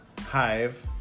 hive